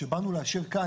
שבאנו לאשר כאן,